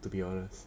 to be honest